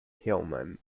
hillman